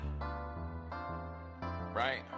right